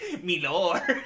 Milor